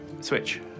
switch